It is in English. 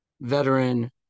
veteran